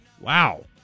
Wow